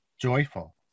joyful